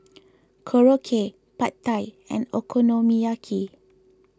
Korokke Pad Thai and Okonomiyaki